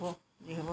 যি হ'ব